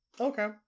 Okay